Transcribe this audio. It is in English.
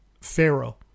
Pharaoh